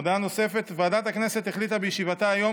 הודעה נוספת: ועדת הכנסת החליטה בישיבתה היום